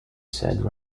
said